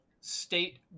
state